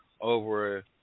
over